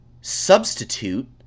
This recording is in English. Substitute